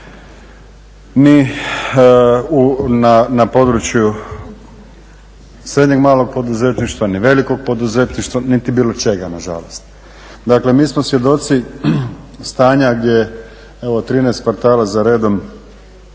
ni na području srednjeg i malog poduzetništva, ni velikog poduzetništva niti bilo čega na žalost. Dakle, mi smo svjedoci stanja gdje evo 13 kvartala za redom